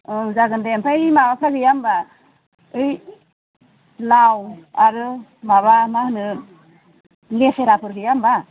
ओं जागोन दे ओमफाय माबाफ्रा गैया होमब्ला ओइ लाव आरो माबा माहोनो लेसेराफोर गैया होमब्ला